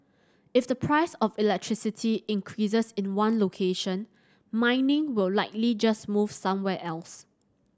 if the price of electricity increases in one location mining will likely just move somewhere else